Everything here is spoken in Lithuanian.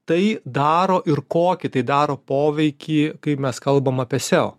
tai daro ir kokį tai daro poveikį kai mes kalbame apie seo